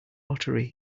lottery